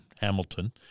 Hamilton